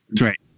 right